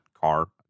car